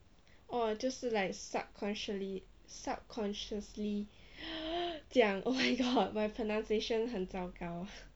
oh 就是 like subconsciously subconsciously 讲 oh my god my pronunciation 很糟糕